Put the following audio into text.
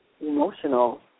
emotional